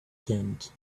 tent